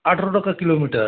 আঠেরো টাকা কিলোমিটার